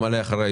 לטבעת.